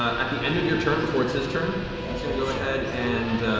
ah at the end of your turn before it's his turn he's gonna go ahead and